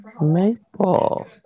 Maple